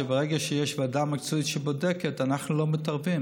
שברגע שיש ועדה מקצועית שבודקת אנחנו לא מתערבים.